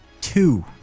two